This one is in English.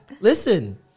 Listen